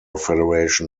federation